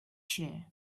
chair